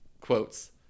quotes